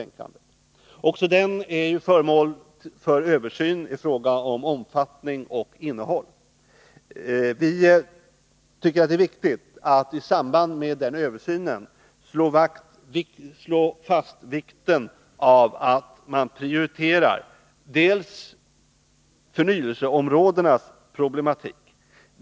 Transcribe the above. Även den utbildningen är föremål för översyn i fråga om omfattning och innehåll. Vi tycker det är viktigt att i samband med denna översyn slå fast vikten av att man prioriterar förnyelseområdenas problematik.